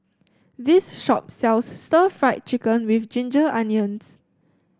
this shop sells Stir Fried Chicken with Ginger Onions